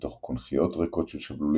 בתוך קונכיות ריקות של שבלולים,